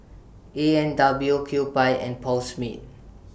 A and W Kewpie and Paul Smith